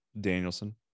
danielson